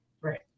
Right